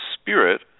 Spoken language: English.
Spirit